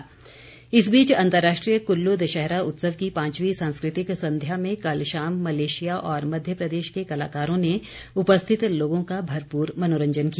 सांस्कृतिक संध्या इस बीच अंतर्राष्ट्रीय कुल्लू दशहरा उत्सव की पांचवीं सांस्कृतिक संध्या में कल शाम मलेशिया और मध्य प्रदेश के कलाकारों ने उपस्थित लोगों का भरपूर मनोरंजन किया